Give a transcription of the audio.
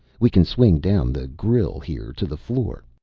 we can swing down the grille here to the floor.